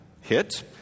hit